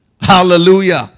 Hallelujah